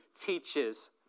teaches